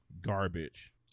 Garbage